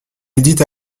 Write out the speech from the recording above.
édite